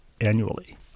annually